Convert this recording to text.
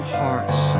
hearts